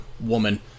woman